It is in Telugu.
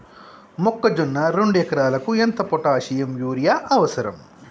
మొక్కజొన్న రెండు ఎకరాలకు ఎంత పొటాషియం యూరియా అవసరం?